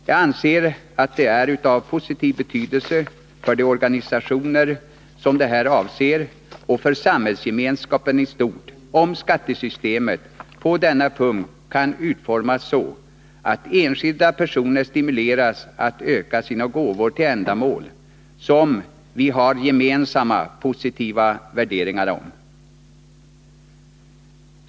Jag anser att det är av positiv betydelse för de organisationer som här avses och för samhällsgemenskapen i stort, om skattesystemet på denna punkt kan utformas så, att enskilda personer stimuleras att öka sina gåvor till ändamål som vi har en gemensam, positiv syn på.